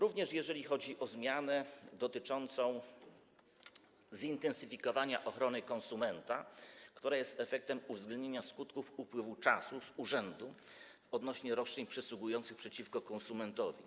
Podobnie jest, jeżeli chodzi o zmianę dotyczącą zintensyfikowania ochrony konsumenta, która jest efektem uwzględnienia skutków upływu czasu z urzędu odnośnie do roszczeń przysługujących przeciwko konsumentowi.